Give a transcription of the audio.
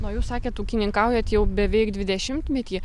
na o jūs sakėt ūkininkaujat jau beveik dvidešimtmetį